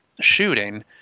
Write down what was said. shooting